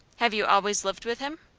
have you always lived with him?